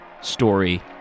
story